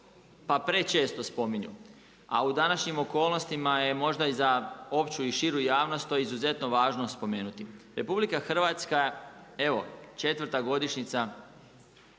pa prečesto spominju, a u današnjim okolnostima je možda i za opću i širu javnost to izuzetno važno spomenuti. RH evo četvrta godišnjica